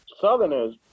Southerners